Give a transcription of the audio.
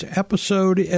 episode